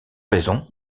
raison